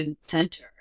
Center